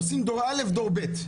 עושים דור א' דור ב'.